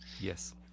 Yes